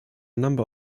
number